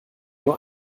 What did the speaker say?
nur